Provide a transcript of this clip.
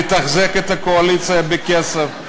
לתחזק את הקואליציה בכסף.